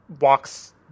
walks